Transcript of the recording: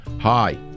Hi